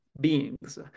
beings